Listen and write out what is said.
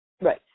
right